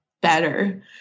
better